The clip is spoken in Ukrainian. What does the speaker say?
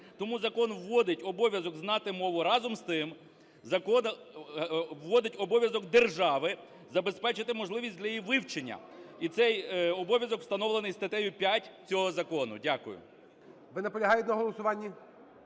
Тому закон вводить обов'язок знати мову. Разом з тим, закон вводить обов'язок держави забезпечити можливість для її вивчення, і цей обов'язок встановлений статтею 5 цього закону. Дякую. ГОЛОВУЮЧИЙ. Ви наполягаєте на голосуванні?